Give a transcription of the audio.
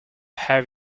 have